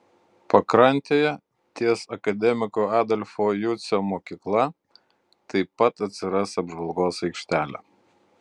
pakrantėje ties akademiko adolfo jucio mokykla taip pat atsiras apžvalgos aikštelė